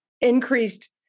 increased